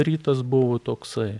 rytas buvo toksai